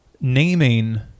Naming